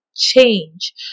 change